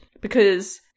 because-